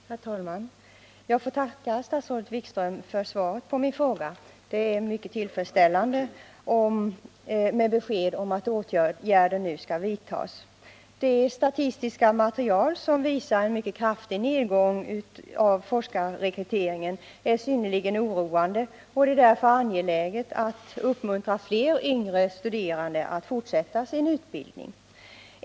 Herr talman! Jag får tacka statsrådet Wikström för svaret på min fråga. Det är mycket tillfredsställande med besked om att åtgärder nu skall vidtas. Det statistiska material som visar en mycket kraftig nedgång av forskarrekryteringen är synnerligen oroande. Därför är det angeläget att vi uppmuntrar fler yngre studerande att fortsätta sin utbildning.